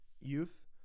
youth